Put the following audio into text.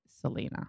Selena